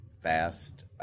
fast